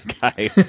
guy